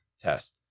test